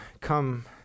come